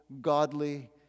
godly